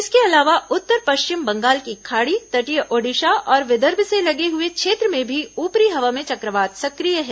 इसके अलावा उत्तर पश्चिम बंगाल की खाड़ी तटीय ओडिशा और विदर्भ से लगे हुए क्षेत्र में भी ऊपरी हवा में चक्रवात सक्रिय है